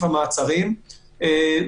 נתוני המעצרים,